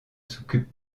s’occupe